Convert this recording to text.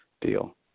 deal